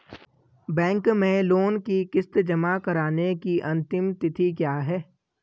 Bank में loan की किश्त जमा कराने की अंतिम तिथि क्या है?